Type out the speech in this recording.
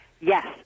Yes